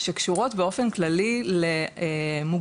שקשורות באופן כללי למוגבלויות,